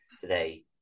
today